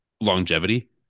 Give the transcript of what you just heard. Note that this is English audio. longevity